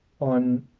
on